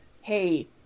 hey